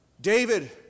David